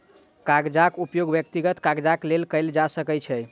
कागजक उपयोग व्यक्तिगत काजक लेल कयल जा सकै छै